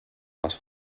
les